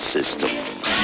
System